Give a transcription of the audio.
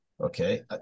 okay